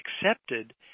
accepted